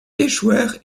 échouèrent